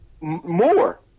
more